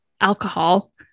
alcohol